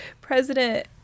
President